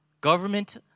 Government